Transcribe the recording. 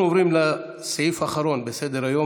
אנחנו עוברים לסעיף האחרון בסדר-היום,